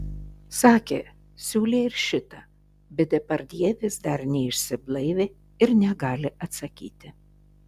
sakė siūlė ir šitą bet depardjė vis dar neišsiblaivė ir negali atsakyti